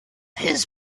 his